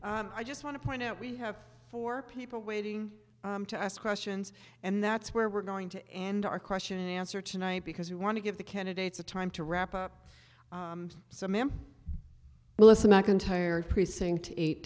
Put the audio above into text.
i just want to point out we have four people waiting to ask questions and that's where we're going to end our question and answer tonight because we want to give the candidates a time to wrap up so many melissa mcintyre precinct eight